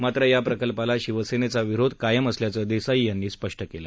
मात्र या प्रकल्पाला शिवसेनेचा विरोध कायम असल्याचं देसाई यांनी स्पष्ट केलं